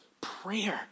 prayer